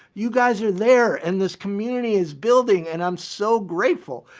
you guys are there and this community is building and i'm so grateful.